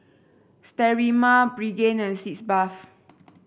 Sterimar Pregain and Sitz Bath